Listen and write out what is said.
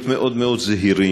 צריך להיות מאוד מאוד זהירים,